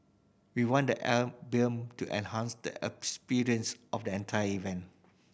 we want the album to enhance the experience of the entire event